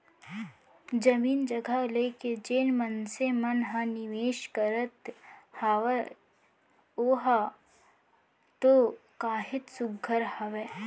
जमीन जघा लेके जेन मनसे मन ह निवेस करत हावय ओहा तो काहेच सुग्घर हावय